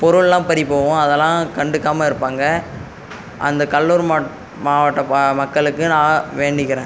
பொருள்லாம் பறிபோகும் அதெல்லாம் கண்டுக்காமல் இருப்பாங்க அந்த கடலூர் மாவட்டம் மக்களுக்கு நான் வேண்டுகிறேன்